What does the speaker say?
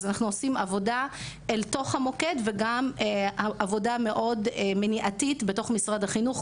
אנחנו עושים עבודה אל תוך המוקד וגם עבודה מניעתית בתוך משרד החינוך,